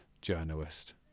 journalist